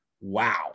Wow